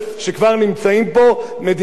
מדינת ישראל צריכה להחיל את החוק,